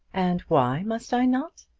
and why must i not?